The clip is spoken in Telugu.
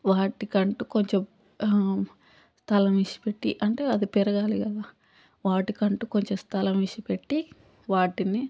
వాటికంటూ కొంచెం స్థలం విడిచిపెట్టి అంటే అది పెరగాలి కదా వాటికంటూ కొంచెం స్థలం విడిచిపెట్టి వాటిని